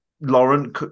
Lauren